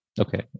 Okay